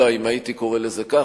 הייתי קורא לזה כך,